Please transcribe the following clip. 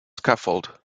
scaffold